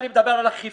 אבל אני מדבר על אכיפה,